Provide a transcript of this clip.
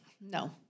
no